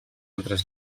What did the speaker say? altres